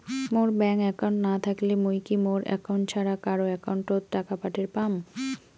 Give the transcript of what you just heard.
মোর bank account না থাকিলে মুই কি মোর একাউন্ট ছাড়া কারো একাউন্ট অত টাকা পাঠের পাম?